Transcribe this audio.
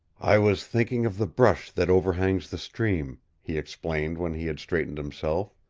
i was thinking of the brush that overhangs the stream, he explained when he had straightened himself.